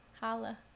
Holla